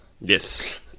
Yes